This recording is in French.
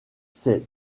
ces